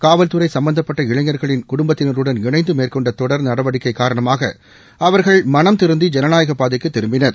காவல்துறைசம்பந்தப்பட்ட இளைஞர்களின் குடும்பத்தினருடன் இணைநதுமேற்கொண்டதொடர் நடவடிக்கைகாரணமாகஅவர்கள் மனம் திருந்தி ஜனநாயகப் பாதைக்குதிரும்பினர்